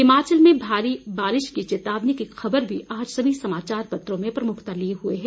हिमाचल में भारी बारिश की चेतावनी की ख़बर भी सभी समाचार पत्रों में प्रमुखता लिए हुए है